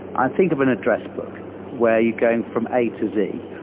ah think of an address book where you're going from a to z.